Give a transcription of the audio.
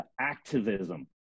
activism